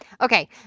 Okay